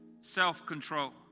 self-control